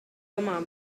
domā